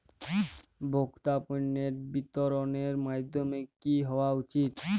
ভোক্তা পণ্যের বিতরণের মাধ্যম কী হওয়া উচিৎ?